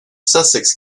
sussex